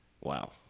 Wow